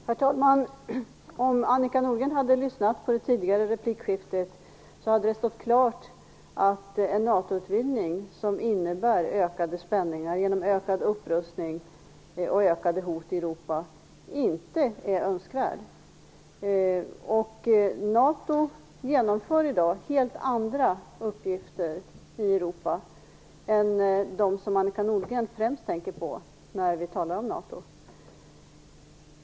Herr talman! Om Annika Nordgren hade lyssnat på det tidigare replikskiftet hade det stått klart för henne att en NATO-utvidgning som innebär ökad spänningar genom ökad upprustning och ökade hot i Europa inte är önskvärd. NATO utför i dag helt andra uppgifter i Europa än dem som Annika Nordgren främst tänker på när vi talar om NATO.